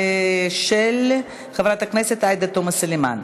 של חברת הכנסת עאידה תומא סלימאן.